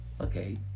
Okay